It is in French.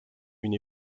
une